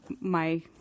My-